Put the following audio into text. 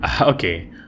okay